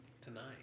tonight